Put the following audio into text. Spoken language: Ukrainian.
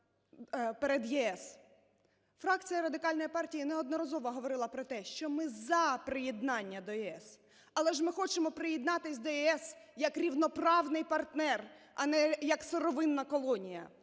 Фракція Радикальної партії неодноразово говорила про те, що ми за приєднання до ЄС. Але ж ми хочемо приєднатись до ЄС як рівноправний партнер, а не як сировинна колонія.